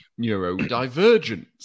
neurodivergence